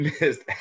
Missed